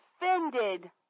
offended